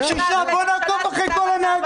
מתו בתאונות --- בואו נעקוב אחרי כל הנהגים.